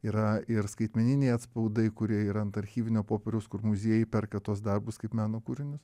yra ir skaitmeniniai atspaudai kurie yra ant archyvinio popieriaus kur muziejai perka tuos darbus kaip meno kūrinius